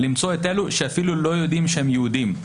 למצוא את אלה שאפילו לא יודעים שהם יהודים.